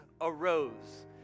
arose